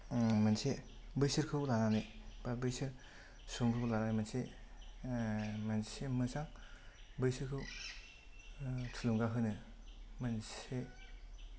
मोनसे बैसोरखौ लानानै बा बैसोर सुबुंफोरखौ लानानै मोनसे मोनसे मोजां बैसोरखौ थुलुंगा होनो मोनसे